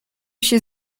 się